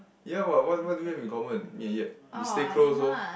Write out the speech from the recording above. ya what what what do we have in common me and yet we stay close orh